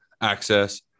access